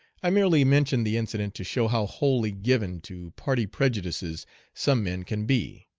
i merely mention the incident to show how wholly given to party prejudices some men can be.